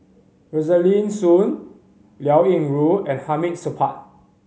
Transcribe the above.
Rosaline Soon Liao Yingru and Hamid Supaat